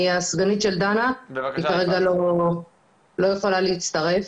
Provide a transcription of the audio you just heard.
אני הסגנית של דנה אבל היא כרגע לא יכולה להצטרף.